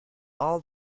all